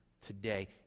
today